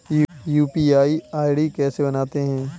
UPI ID कैसे बनाते हैं?